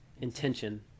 intention